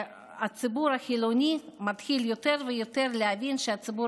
הציבור החילוני מתחיל יותר ויותר להבין שהציבור